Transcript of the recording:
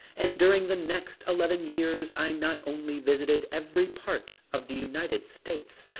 and during the next eleven years i not only visited every part of the united states,